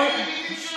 כיבוש, זה מה שהוא.